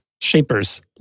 Shapers